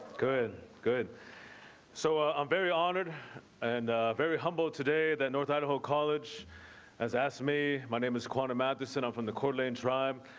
good good so ah i'm very honored and very humbled today that north idaho college has asked me. my name is quantum mathis and i'm from the tribe.